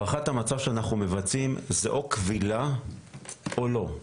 בהערכת המצב שאנחנו מבצעים, זה או כבילה או לא.